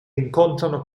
incontrano